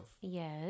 Yes